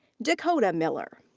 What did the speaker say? dakota miller.